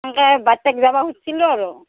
সেনকে বাইৰ তাত যাবা খুজছিলোঁ আৰু